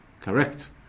Correct